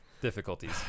difficulties